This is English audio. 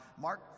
Mark